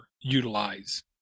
utilize